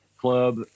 club